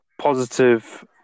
positive